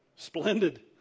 Splendid